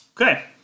Okay